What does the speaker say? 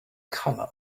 color